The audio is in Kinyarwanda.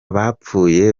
bapfuye